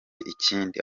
ikindi